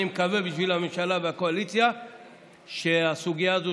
אני מקווה בשביל הממשלה והקואליציה שהסוגיה הזאת